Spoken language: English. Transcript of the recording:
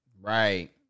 right